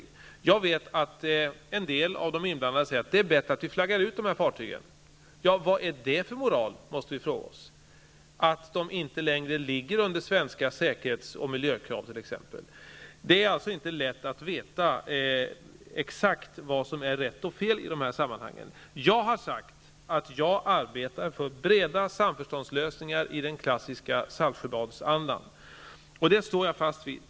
Jag vet att en del av de inblandade tycker att det vore bättre att flagga ut dessa fartyg. Då måste vi fråga oss: Vad är det för moral, att dessa fartyg inte längre skulle lyda under t.ex. svenska säkerhets och miljökrav? Det är alltså inte lätt att veta exakt vad som är rätt och fel här. Jag har sagt att jag arbetar för breda samförståndslösningar i den klassiska Saltsjöbadsandan, och det står jag fast vid.